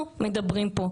אנחנו מדברים על